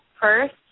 first